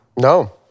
No